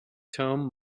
tomb